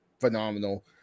phenomenal